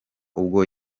ubwo